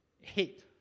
hate